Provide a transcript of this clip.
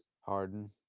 harden